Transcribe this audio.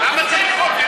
למה צריך חוק?